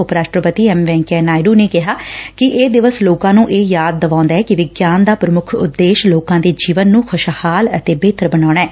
ਉਪ ਰਾਸ਼ਟਰਪਤੀ ਐਮ ਵੈਕਈਆ ਨਾਇਡੁ ਨੇ ਕਿਹਾ ਕਿ ਇਹ ਦਿਵਸ ਲੋਕਾ ਨੂੰ ਇਹ ਯਾਦ ਦਵਾਉਦਾ ਏ ਕਿ ਵਿਗਿਆਨ ਦਾ ਪ੍ਰਮੁੱਖ ਉਦੇਸ਼ ਲੋਕਾ ਦੇ ਜੀਵਨ ਨੂੰ ਖੁਸ਼ਹਾਲ ਅਤੇ ਬਿਹਤਰ ਬਣਾਉਣਾ ਐ